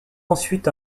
ensuite